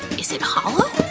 is it hallow?